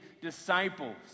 disciples